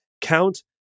Count